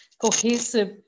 cohesive